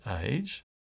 age